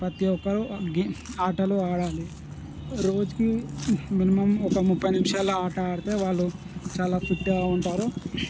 ప్రతి ఒక్కరు గే ఆటలు ఆడాలి రోజుకి మినిమం ఒక ముప్పై నిమిషాల ఆట ఆడితే వాళ్ళు చాలా ఫిట్గా ఉంటారు